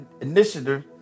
initiative